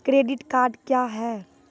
Credit card क्या हैं?